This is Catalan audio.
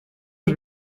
els